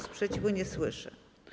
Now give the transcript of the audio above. Sprzeciwu nie słyszę.